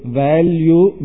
value